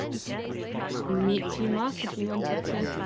and and meet you, mark if you wanted to.